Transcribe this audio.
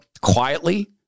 quietly